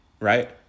Right